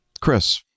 Chris